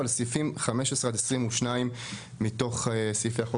על סעיפים (22)-(15) מתוך סעיפי החוק